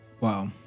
Wow